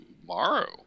tomorrow